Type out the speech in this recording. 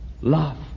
Love